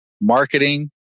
marketing